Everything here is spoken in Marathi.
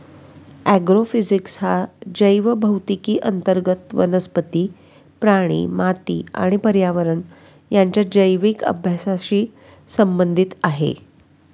ॲग्रोफिजिक्स हा जैवभौतिकी अंतर्गत वनस्पती, प्राणी, माती आणि पर्यावरण यांच्या जैविक अभ्यासाशी संबंधित आहे